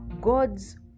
God's